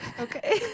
Okay